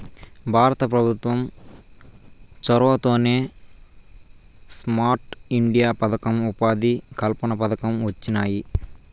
భారత పెభుత్వం చొరవతోనే స్మార్ట్ ఇండియా పదకం, ఉపాధి కల్పన పథకం వొచ్చినాయి